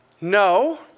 No